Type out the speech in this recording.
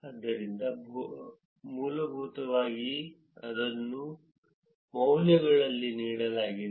ಆದ್ದರಿಂದ ಮೂಲಭೂತವಾಗಿ ಅದನ್ನು ಮೌಲ್ಯಗಳಲ್ಲಿ ನೀಡಲಾಗಿದೆ